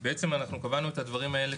בעצם אנחנו קבענו את הדברים האלה